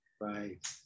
right